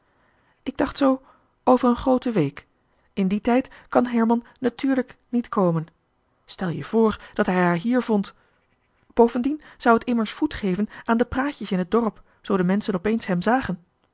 ik dacht zoo over een groote week in die tijd kan herman natùùrlijk niet komen stel je voor dat hij haar hier vond bovendien zou het immers voet geven aan de praatjes in het dorp zoo de menschen opeens hem zagen